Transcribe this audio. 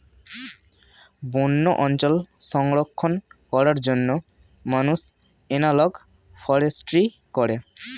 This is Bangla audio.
বন্য অঞ্চল সংরক্ষণ করার জন্য মানুষ এনালগ ফরেস্ট্রি করে